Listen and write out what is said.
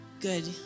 good